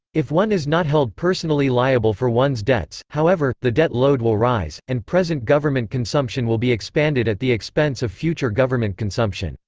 if one is not held personally liable for one's debts, however, the debt load will rise, and present government consumption will be expanded at the expense of future government consumption.